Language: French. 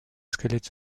squelettes